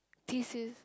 thesis